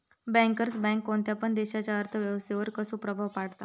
Bankers bank कोणत्या पण देशाच्या अर्थ व्यवस्थेवर कसो प्रभाव पाडता?